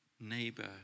neighbor